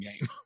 game